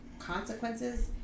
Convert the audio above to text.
consequences